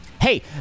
Hey